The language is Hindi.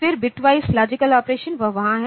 फिर बिट वॉइस लॉजिकल ऑपरेशन वह वहां है